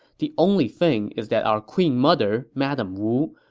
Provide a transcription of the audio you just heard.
the only thing is that our queen mother, madame wu,